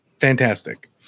Fantastic